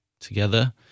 together